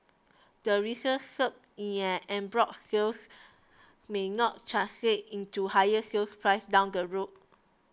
the recent surge in en bloc sales may not translate into higher sale prices down the road